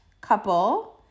couple